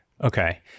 Okay